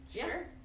sure